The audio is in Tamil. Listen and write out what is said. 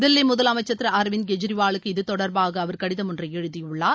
தில்லி முதலமைச்சர் திரு அரவிந்த் கெஜ்ரிவாலுக்கு இதுதொடர்பாக அவர் கடிதம் ஒன்றை எழுதியுள்ளார்